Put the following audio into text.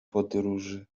podróży